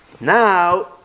Now